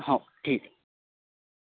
हो ठीक आहे